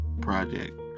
project